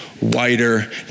wider